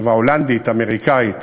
חברה הולנדית-אמריקנית